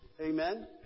Amen